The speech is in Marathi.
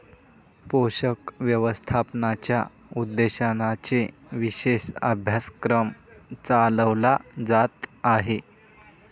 पोषक व्यवस्थापनाच्या उद्देशानेच विशेष अभ्यासक्रम चालवला जात आहे